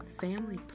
family